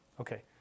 Okay